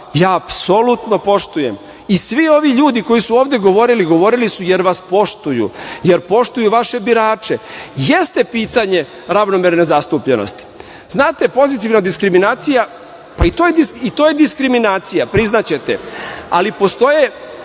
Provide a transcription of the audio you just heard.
ja apsolutno poštujem, i svi ovi ljudi koji su ovde govorili, govorili su jer vas poštuju, jer poštuju vaše birače. Jeste pitanje ravnomerne zastupljenosti. Znate, pozitivna diskriminacija, pa, i to je diskriminacija, priznaćete, ali postoje,